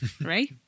right